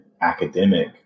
academic